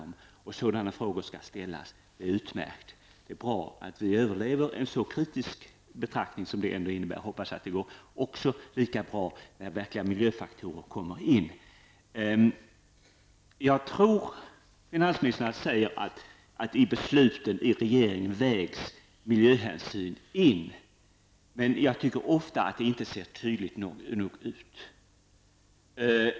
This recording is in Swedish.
Det är utmärkt att sådana frågor ställs. Det är bra att vi överväger att göra en sådan kritisk betraktelse. Jag hoppas att det går lika bra när verkliga miljöfaktorer tas med. Jag tror att finansministern säger att regeringen väger in miljöhänsyn i besluten. Men ofta syns det inte tillräckligt tydligt.